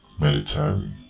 Military